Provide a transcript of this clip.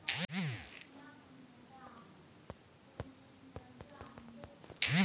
सबसे बेसी वाणिज्यिक ऋण दिअ बला बैंक एक्सिस बैंक छै